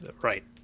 Right